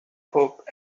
hop